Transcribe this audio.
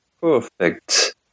perfect